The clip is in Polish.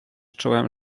czułem